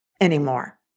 anymore